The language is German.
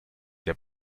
der